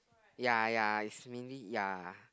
ya ya is mainly ya